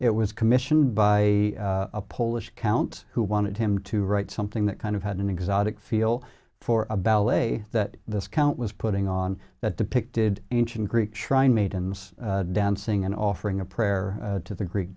it was commissioned by a polish count who wanted him to write something that kind of had an exotic feel for a ballet that this count was putting on that depicted ancient greek shrine maidens dancing and offering a prayer to the greek